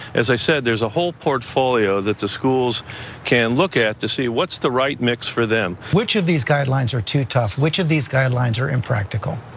as i said, there's a whole portfolio that the schools can look at to see what's the right mix for them. which of these guidelines are too tough, which of these guidelines are impractical?